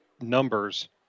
numbers